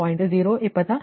0125 j 0